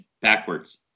backwards